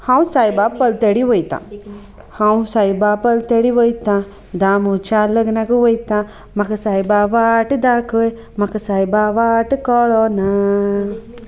हांव सायबा पलतडी वयतां हांव सायबा पलतडी वयता दामूच्या लग्नाक वयता म्हाका सायबा वाट दाखय म्हाका सायबा वाट कळना